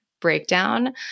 breakdown